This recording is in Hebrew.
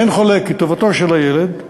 אין חולק כי טובתו של הילד,